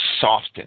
softened